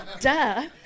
Duh